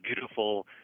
beautiful